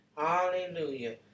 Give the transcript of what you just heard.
Hallelujah